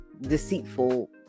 deceitful